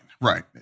Right